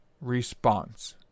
response